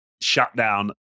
shutdown